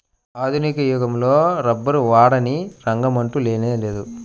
ఆధునిక యుగంలో రబ్బరు వాడని రంగమంటూ లేనేలేదు